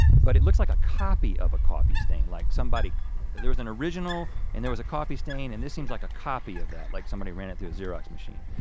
but it looks like a copy of a coffee stain like there was an original and there was a coffee stain and this seems like a copy of that, like somebody ran it through a xerox machine.